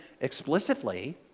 explicitly